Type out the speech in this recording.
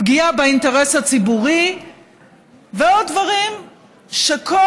פגיעה באינטרס הציבורי ועוד דברים שכל